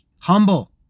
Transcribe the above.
humble